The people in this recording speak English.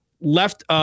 left